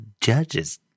judge's